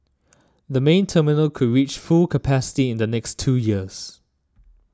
the main terminal could reach full capacity in the next two years